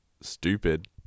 stupid